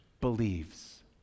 believes